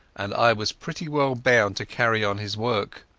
and i was pretty well bound to carry on his work.